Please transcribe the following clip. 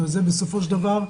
זה בסופו של דבר,